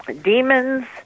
demons